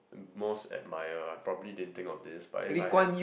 most admire I probably didn't think of this but if I had